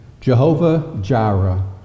Jehovah-Jireh